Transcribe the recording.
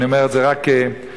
אני אומר את זה רק כהפרזה,